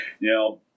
Now